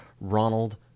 Ronald